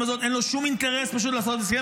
הזאת אין לו שום אינטרס לעשות הסכם,